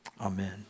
Amen